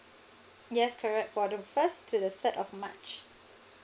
yes correct for the first to the third of march